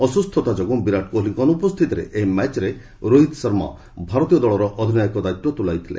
ଅସୁସ୍ଥତା ଯୋଗୁଁ ବିରାଟ କୋହଲିଙ୍କ ଅନୁପସ୍ଥିତିରେ ଏହି ମ୍ୟାଚ୍ରେ ରୋହିତ ଶର୍ମା ଭାରତୀୟ ଦଳର ଅଧିନାୟକ ଦାୟିତ୍ୱ ତୁଲାଇ ଥିଲେ